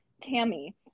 Tammy